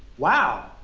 wow,